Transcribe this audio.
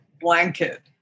blanket